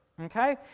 Okay